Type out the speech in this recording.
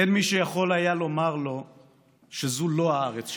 אין מי שיכול היה לומר לו שזו לא הארץ שלנו,